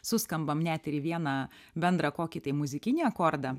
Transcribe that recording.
suskambam net ir į vieną bendrą kokį tai muzikinį akordą